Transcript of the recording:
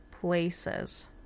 places